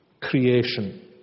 creation